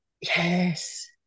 yes